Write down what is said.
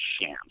shams